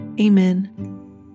Amen